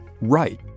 Right